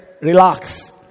Relax